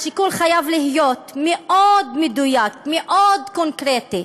השיקול חייב להיות מאוד מדויק ומאוד קונקרטי.